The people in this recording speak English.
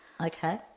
Okay